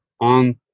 on